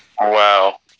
Wow